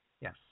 Yes